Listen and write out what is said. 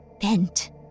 bent